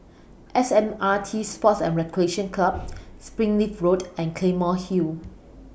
S M R T Sports and Recreation Club Springleaf Road and Claymore Hill